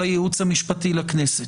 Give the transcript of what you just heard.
אותי לימדו בבה"ד 1: "אותי תראו וכך תעשו".